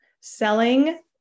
Selling